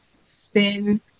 sin